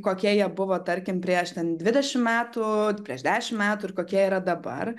kokie jie buvo tarkim prieš ten dvidešimt metų prieš dešimt metų ir kokie yra dabar